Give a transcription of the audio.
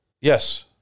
Yes